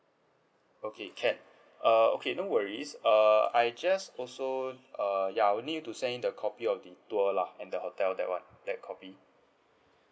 okay can uh okay no worries uh I just also uh ya we need you to send a copy of the tour lah and the hotel that [one] that copy